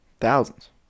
Thousands